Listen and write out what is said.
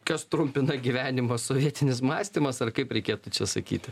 kas trumpina gyvenimą sovietinis mąstymas ar kaip reikėtų čia sakyti